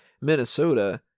Minnesota